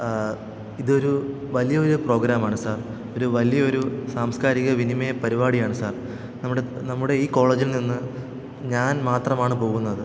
ഇതൊരു വലിയൊരു പ്രോഗ്രാമാണ് സാർ ഒരു വലിയൊരു സാംസ്കാരികവിനിമയപ്പരിപാടിയാണ് സാർ നമ്മുടെ നമ്മുടെ ഈ കോളേജിൽ നിന്ന് ഞാൻ മാത്രമാണ് പോകുന്നത്